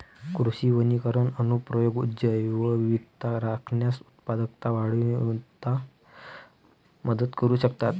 कृषी वनीकरण अनुप्रयोग जैवविविधता राखण्यास, उत्पादकता वाढविण्यात मदत करू शकतात